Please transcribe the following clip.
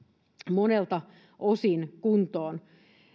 monelta osin kuntoon